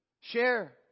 share